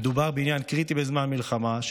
מדובר בעניין קריטי בזמן מלחמה,